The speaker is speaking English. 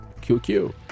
qq